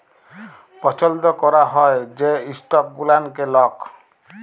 পছল্দ ক্যরা হ্যয় যে ইস্টক গুলানকে লক